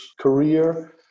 career